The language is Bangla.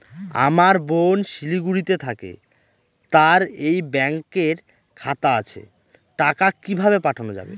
আমার বোন শিলিগুড়িতে থাকে তার এই ব্যঙকের খাতা আছে টাকা কি ভাবে পাঠানো যাবে?